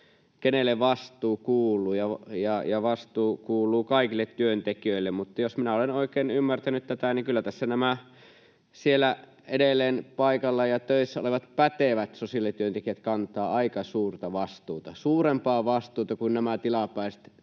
kenelle vastuu kuuluu ja että vastuu kuuluu kaikille työntekijöille, niin jos minä olen oikein ymmärtänyt tätä, niin kyllä tässä nämä siellä edelleen paikalla ja töissä olevat pätevät sosiaalityöntekijät kantavat aika suurta vastuuta, suurempaa vastuuta kuin nämä tilapäiset